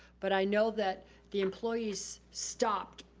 but i know that the employee's stopped,